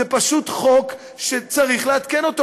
זה פשוט חוק שצריך לעדכן אותו,